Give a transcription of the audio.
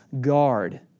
guard